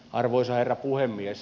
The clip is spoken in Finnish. arvoisa herra puhemies